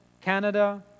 Canada